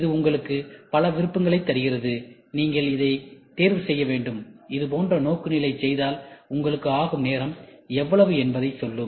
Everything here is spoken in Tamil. இது உங்களுக்கு பல விருப்பங்களைத் தருகிறது நீங்கள் இதைத் தேர்வு செய்ய வேண்டும் இது போன்ற நோக்குநிலையைச் செய்தால் உங்களுக்குச் ஆகும் நேரம் எவ்வளவு என்பதை சொல்லும்